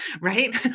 Right